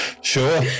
Sure